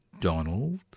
Donald